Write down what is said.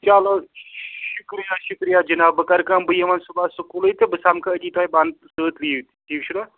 چلو شُکریہ شُکریہ جِناب بہٕ کَرٕ کٲم بہٕ یِمہٕ وۅنۍ صُبحس سکوٗلٕے تہٕ بہٕ سَمکھٕ أتی تۄہہِ بہٕ اَنہٕ سۭتۍ لیٖو ٹھیٖک چھُنا